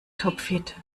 topfit